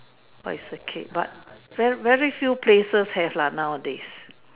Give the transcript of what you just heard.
bicycle but very few places are head ah oldies